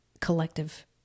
collective